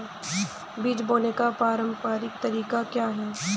बीज बोने का पारंपरिक तरीका क्या है?